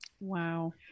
Wow